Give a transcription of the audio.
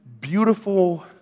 beautiful